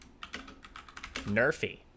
Nerfy